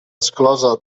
exclosa